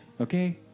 Okay